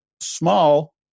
small